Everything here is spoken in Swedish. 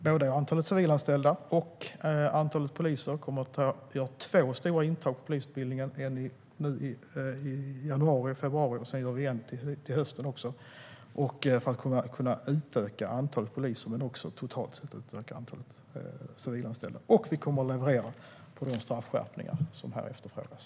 Både för civilanställda och poliser kommer det att göras två stora intag till polisutbildningen, en i januari/februari och en till hösten, för att vi ska kunna utöka antalet poliser men också totalt sett antalet civilanställda. Vi kommer också att leverera när det gäller de straffskärpningar som efterfrågas.